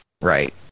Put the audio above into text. right